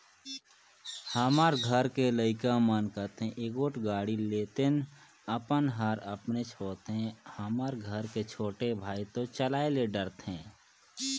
हमर घर के लइका मन कथें एगोट गाड़ी लेतेन अपन हर अपनेच होथे हमर घर के छोटे भाई तो चलाये ले डरथे